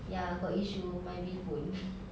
ya got issue my bill phone